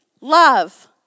Love